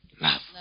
love